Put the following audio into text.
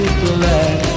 black